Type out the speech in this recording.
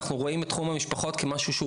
אנחנו רואים בתחום המשפחות כמשהו שהוא